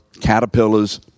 caterpillars